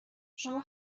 شما